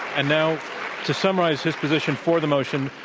and now to summarize his position for the motion,